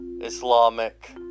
Islamic